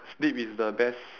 sleep is the best